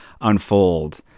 unfold